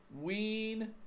Ween